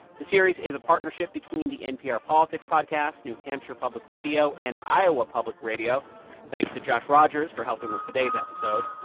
the series is a partnership between the npr politics podcast, new hampshire public radio and iowa public radio thanks to josh rogers for helping with today's episode.